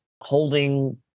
holding